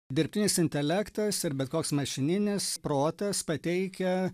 dirbtinis intelektas ir bet koks mašininis protas pateikia